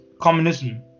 communism